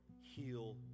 heal